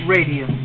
Radio